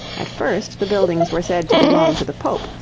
at first the buildings were said to belong to the pope,